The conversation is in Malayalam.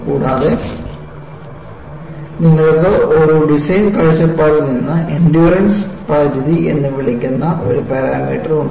കൂടാതെ നിങ്ങൾക്ക് ഒരു ഡിസൈൻ കാഴ്ചപ്പാടിൽ നിന്നും എൻഡ്യൂറൻസ് പരിധി എന്ന് വിളിക്കുന്ന ഒരു പാരാമീറ്റർ ഉണ്ട്